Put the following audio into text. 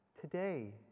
today